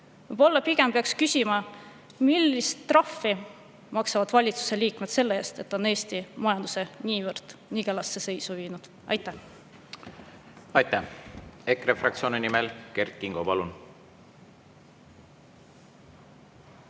Võib-olla peaks pigem küsima: millist trahvi maksavad valitsuse liikmed selle eest, et nad on Eesti majanduse nii nigelasse seisu viinud? Aitäh! Aitäh! EKRE fraktsiooni nimel Kert Kingo, palun!